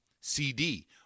CD